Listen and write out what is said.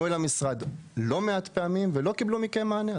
למשרד לא מעט פעמים ולא קיבלו מכם מענה.